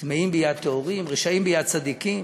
טמאים ביד טהורים, רשעים ביד צדיקים.